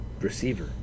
receiver